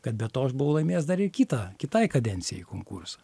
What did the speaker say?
kad be to aš buvau laimėjęs dar ir kitą kitai kadencijai konkursą